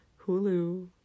hulu